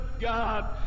God